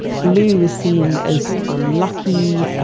blue was seen as unlucky,